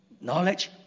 knowledge